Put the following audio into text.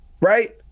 Right